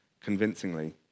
convincingly